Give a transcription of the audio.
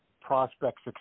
prospects